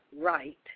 right